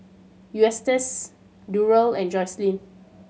Eustace Durell and Joselyn